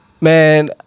man